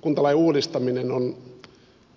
kuntalain uudistaminen on